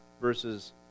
verses